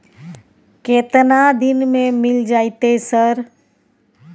केतना दिन में मिल जयते सर?